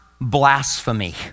blasphemy